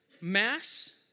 mass